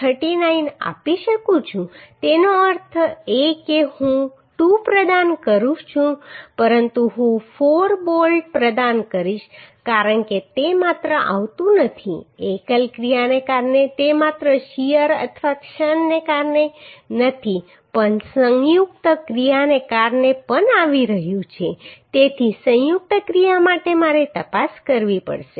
39 આપી શકું છું તેનો અર્થ એ કે હું 2 પ્રદાન કરું છું પરંતુ હું 4 બોલ્ટ પ્રદાન કરીશ કારણ કે તે માત્ર આવતું નથી એકલ ક્રિયાને કારણે તે માત્ર શીયર અથવા ક્ષણને કારણે નથી પણ તે સંયુક્ત ક્રિયાને કારણે પણ આવી રહ્યું છે તેથી સંયુક્ત ક્રિયા માટે મારે તપાસ કરવી પડશે